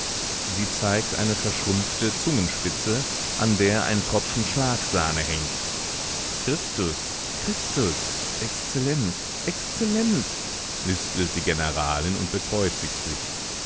sie zeigt eine verschrumpfte zungenspitze an der ein tropfen schlagsahne hängt christus christus exzellent exzellent lispelt die generalin und bekreuzigt sich